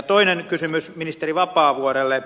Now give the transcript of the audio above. toinen kysymys ministeri vapaavuorelle